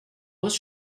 was